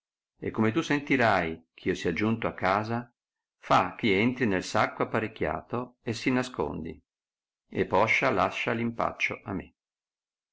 e come tu sentirai eh io sia giunto a casa fa che entri nel sacco apparecchiato e si nascondi e poscia lascia l'impaccio a me